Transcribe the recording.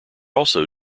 also